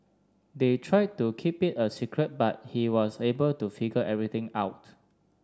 they tried to keep it a secret but he was able to figure everything out